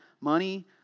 money